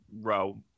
row